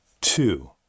two